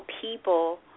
people